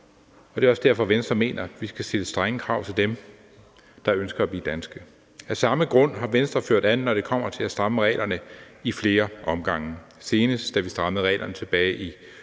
og det er også derfor, Venstre mener, at vi skal stille strenge krav til dem, der ønsker at blive danske. Af samme grund har Venstre i flere omgange ført an, når det kommer til at stramme reglerne – senest, da vi strammede reglerne tilbage i